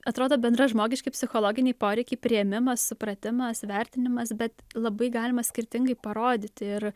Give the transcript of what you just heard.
atrodo bendražmogiški psichologiniai poreikiai priėmimas supratimas vertinimas bet labai galima skirtingai parodyti ir